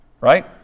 right